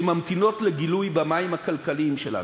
שממתינות לגילוי במים הכלכליים שלנו.